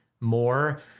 more